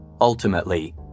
Ultimately